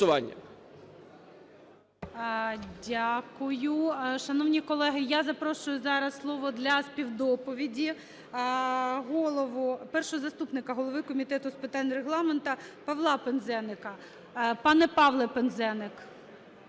Дякую. Шановні колеги, я запрошую зараз, слово для співдоповіді, голову… першого заступника голови Комітету з питань Регламенту Павла Пинзеника. Пане Павле Пинзеник,